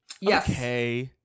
Yes